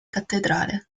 cattedrale